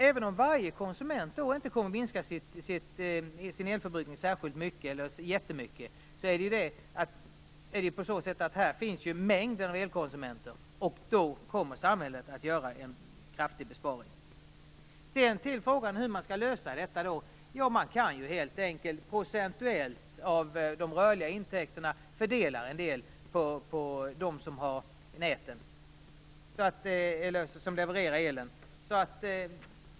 Även om inte varje konsument minskar sin elförbrukning särskilt mycket, så gör mängden elkonsumenter att samhället kommer att göra en kraftig besparing. Hur skall då detta lösas? Ja, man kan helt enkelt procentuellt fördela en del av de rörliga intäkterna på dem som levererar elen.